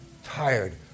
Tired